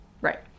Right